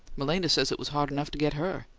malena says it was hard enough to get her!